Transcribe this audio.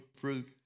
fruit